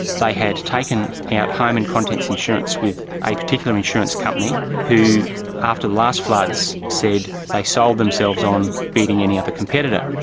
they had taken out home and contents insurance with a particular insurance company who after the last floods said they sold themselves on beating any other competitor.